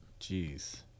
Jeez